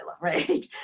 right